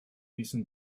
diesen